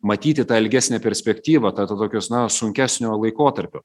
matyti tą ilgesnę perspektyvą tą to tokios na sunkesnio laikotarpio